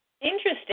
Interesting